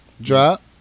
drop